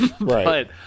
Right